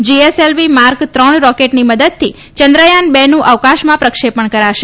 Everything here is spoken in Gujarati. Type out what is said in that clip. જીએસએલવી માર્ક ત્રણ રોકેટની મદદથી ચંદ્રયાન બેનું અવકાશમાં પ્રક્ષેપણ કરાશે